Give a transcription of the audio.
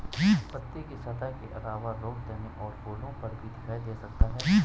पत्ती की सतहों के अलावा रोग तने और फूलों पर भी दिखाई दे सकता है